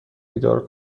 بیدار